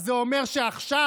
זה אומר שעכשיו,